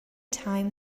time